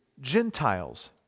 Gentiles